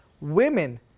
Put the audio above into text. women